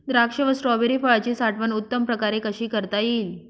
द्राक्ष व स्ट्रॉबेरी फळाची साठवण उत्तम प्रकारे कशी करता येईल?